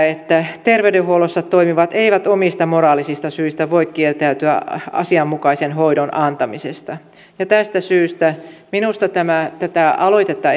että terveydenhuollossa toimivat eivät omista moraalisista syistä voi kieltäytyä asianmukaisen hoidon antamisesta tästä syystä minusta tätä aloitetta